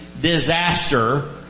disaster